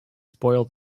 spoil